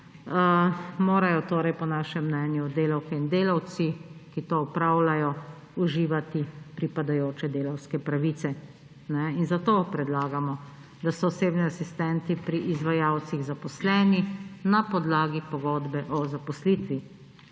morajo torej po našem mnenju delavke in delavci, ki to opravljajo, uživati pripadajoče delavske pravice. In zato predlagamo, da so osebni asistenti pri izvajalcih zaposleni na podlagi pogodbe o zaposlitvi.